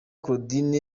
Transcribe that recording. claudine